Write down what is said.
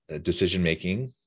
decision-making